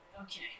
Okay